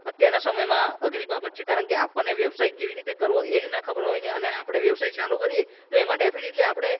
અત્યારના સમયમાં અઘરી બાબત છે કારણકે આપણને વ્યવસાય કેવી રીતે કરવો એ જ ન ખબર હોય ને અને આપણે વ્યવસાય ચાલુ કરીએ તો એમાં ડેફિનેટલી આપણે